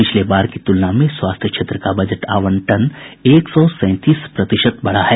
पिछले बार की तुलना में स्वास्थ्य क्षेत्र का बजट आवंटन एक सैंतीस प्रतिशत बढ़ा है